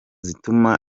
zituma